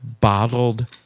bottled